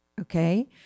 Okay